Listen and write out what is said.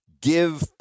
give